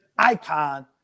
icon